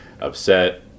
upset